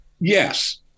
Yes